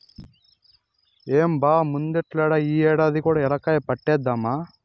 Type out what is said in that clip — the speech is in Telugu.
ఏం బా ముందటేడల్లే ఈ ఏడాది కూ ఏలక్కాయ పంటేద్దామా